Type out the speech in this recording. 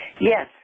Yes